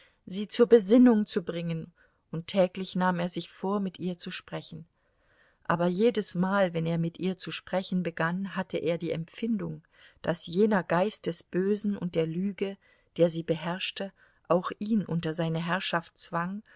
sie zur besinnung zu bringen und täglich nahm er sich vor mit ihr zu sprechen aber jedesmal wenn er mit ihr zu sprechen begann hatte er die empfindung daß jener geist des bösen und der lüge der sie beherrschte auch ihn unter seine herrschaft zwang